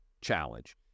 challenge